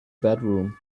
bedroom